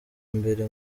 mbere